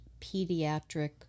pediatric